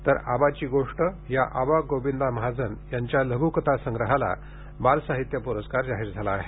तर आबाची गोष्ट या आबा गोविंदा महाजन यांच्या लघ्रकथासंग्रहाला बालसाहित्य पुरस्कार जाहीर झाला आहे